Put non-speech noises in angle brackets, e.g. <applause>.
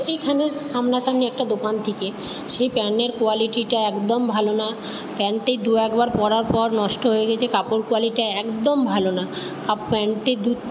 ওইখানের সামনাসামনি একটা দোকান থেকে সেই প্যান্টের কোয়ালিটিটা একদম ভালো না প্যান্টটি দু একবার পরার পর নষ্ট হয়ে গেছে কাপড় কোয়ালিটিটা একদম ভালো না <unintelligible> প্যান্টটি দু